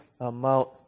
amount